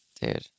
Dude